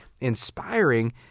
inspiring